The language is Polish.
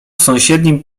sąsiednim